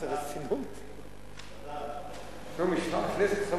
מה אתם רוצים מהחיים שלהם?